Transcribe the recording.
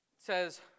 says